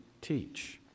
teach